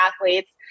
athletes